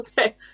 Okay